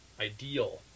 ideal